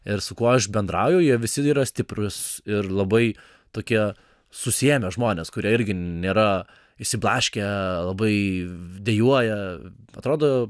ir su kuo aš bendrauju jie visi yra stiprūs ir labai tokie susiėmę žmonės kurie irgi nėra išsiblaškę labai dejuoja atrodo